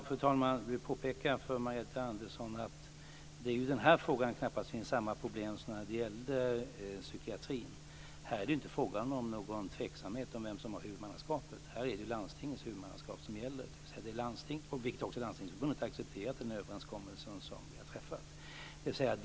Fru talman! Jag vill påpeka för Margareta Andersson att det i den här frågan finns knappast samma problem som när det gäller psykiatrin. Här råder det inte något tvivel om vem som har huvudmannaskapet. Här är det landstingens huvudmannaskap som gäller, dvs. Landstingsförbundet har accepterat den överenskommelse vi har träffat.